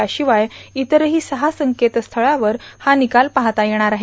याशिवाय इतरही सहा संकेतस्थळावर हा निकाल पाहता येणार आहे